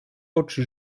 oczy